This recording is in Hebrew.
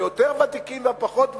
היותר-ותיקים והפחות ותיקים,